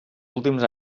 últims